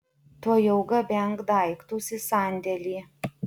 tuojau gabenk daiktus į sandėlį